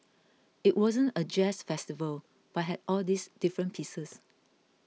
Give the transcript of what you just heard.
it wasn't a jazz festival but had all these different pieces